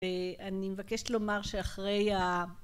ואני מבקשת לומר שאחרי ה...